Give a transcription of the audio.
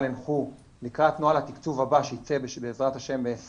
הנחו לקראת נוהל התקצוב הבא שיצא ב-2021